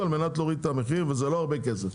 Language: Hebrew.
על מנת להוריד את המחיר וזה לא הרבה כסף,